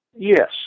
Yes